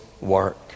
work